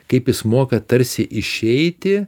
kaip jis moka tarsi išeiti